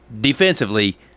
defensively